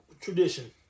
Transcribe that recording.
tradition